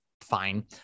fine